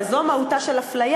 הרי זו מהותה של הפליה,